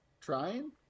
trying